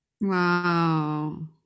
wow